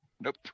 Nope